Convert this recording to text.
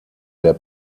der